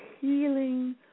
healing